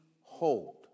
hold